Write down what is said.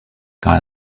guy